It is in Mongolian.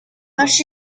маш